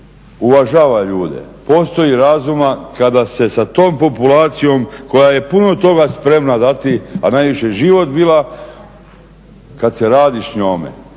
uvažava ljude, postoji razuma kada se sa tom populacijom koja je puno toga spremna dati, a najviše život bila kad se radi s njome,